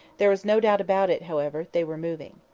there was no doubt about it, however they were moving.